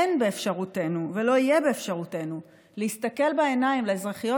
אין באפשרותנו ולא יהיה באפשרותנו להסתכל בעיניים לאזרחיות